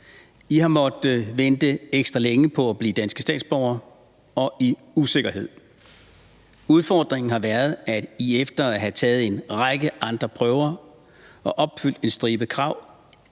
I har måttet vente ekstra længe på at blive danske statsborgere – og i usikkerhed. Udfordringen har været, at I efter at have taget en række andre prøver og opfyldt en stribe krav